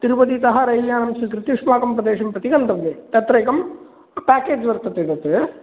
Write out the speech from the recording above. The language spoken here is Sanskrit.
तिरुपतितः रैल्यानं स्वीकृत्य युष्माकं प्रदेशं प्रति गन्तव्यं तत्र एकं पेकेज् वर्तते तत्